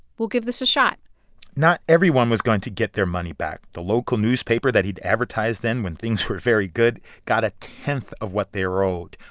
we'll give this a shot not everyone was going to get their money back. the local newspaper that he'd advertised in when things were very good got a tenth of what they were owed.